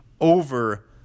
over